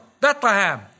Bethlehem